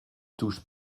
touche